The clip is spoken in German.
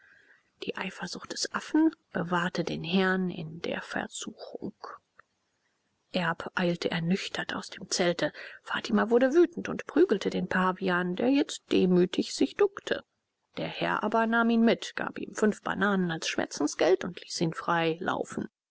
die eifersucht des affen bewahrte den herrn in der versuchung erb eilte ernüchtert aus dem zelte fatima wurde wütend und prügelte den pavian der jetzt demütig sich duckte der herr aber nahm ihn mit gab ihm fünf bananen als schmerzensgeld und ließ ihn frei laufen